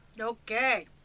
Okay